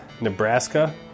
Nebraska